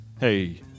hey